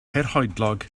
hirhoedlog